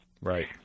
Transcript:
Right